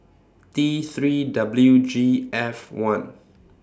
T three W G F one